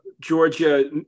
Georgia